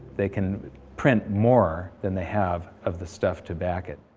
they can print more than they have of the stuff to back it.